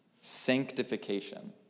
sanctification